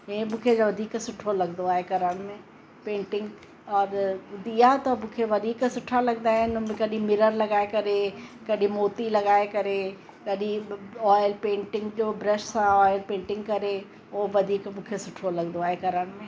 इहे मूंखे वधीक सुठो लॻंदो आहे करण में पेंटिंग और ॾिया त मूंखे वधीक सुठा लॻंदा आहिनि कॾहिं मिरर लॻाए करे कॾहिं मोती लॻाए करे कॾहिं ऑयल पेंटिंग जो ब्रश सां ऑयल पेंटिंग करे उहो वधीक मूंखे सुठो लॻंदो आहे करण में